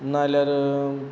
नाल्यार